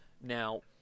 Now